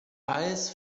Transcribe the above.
eyes